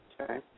Okay